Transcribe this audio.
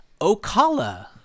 Ocala